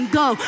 go